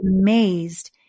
amazed